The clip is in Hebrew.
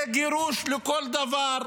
זה גירוש לכל דבר,